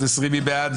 בעד?